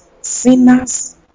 sinners